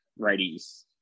righties